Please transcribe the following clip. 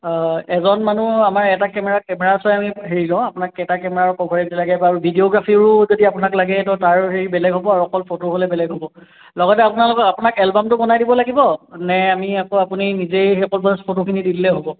অঁ এজন মানুহ আমাৰ এটা কেমেৰা কেমেৰাটোৱে আমি হেৰি লওঁ আপোনাক কেইটা কেমেৰাৰ ক'ভাৰেজ লাগে বাৰু ভিডিঅ'গ্ৰাফীৰো যদি আপোনাক লাগে ত' তাৰো হেৰি বেলেগ হ'ব আৰু অকল ফটো হ'লে বেলেগ হ'ব লগতে আপোনালোকক আপোনাক এলবামটো বনাই দিব লাগিব নে আমি আকৌ আপুনি নিজেই সেই ক'ভাৰেজ ফটোখিনি দি দিলেই হ'ব